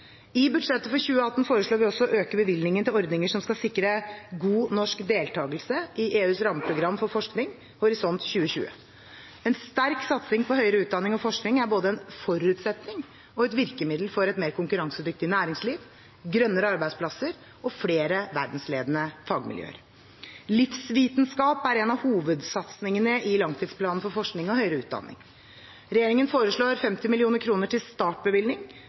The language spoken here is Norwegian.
I budsjettet for 2018 foreslår vi også å øke bevilgningen til ordninger som skal sikre god norsk deltakelse i EUs rammeprogram for forskning, Horisont 2020. En sterk satsing på høyere utdanning og forskning er både en forutsetning og et virkemiddel for et mer konkurransedyktig næringsliv, grønnere arbeidsplasser og flere verdensledende fagmiljøer. Livsvitenskap er en av hovedsatsingene i langtidsplanen for forskning og høyere utdanning. Regjeringen foreslår 50 mill. kr til startbevilgning